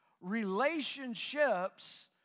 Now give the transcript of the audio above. relationships